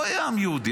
לא יהיה עם יהודי,